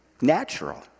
natural